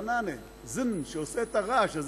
זנאנה, שעושה "זזזן", את הרעש הזה.